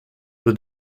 were